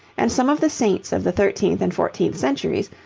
and some of the saints of the thirteenth and fourteenth centuries,